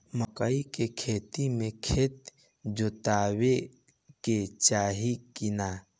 मकई के खेती मे खेत जोतावे के चाही किना?